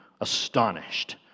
astonished